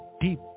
deep